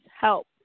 help